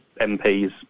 MPs